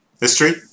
History